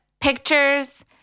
pictures